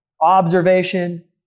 observation